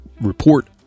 report